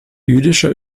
jüdischer